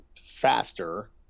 faster